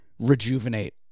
rejuvenate